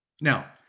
Now